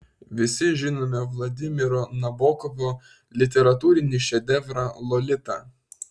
visi žinome vladimiro nabokovo literatūrinį šedevrą lolita